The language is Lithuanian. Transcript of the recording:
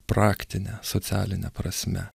praktine socialine prasme